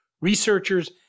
researchers